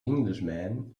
englishman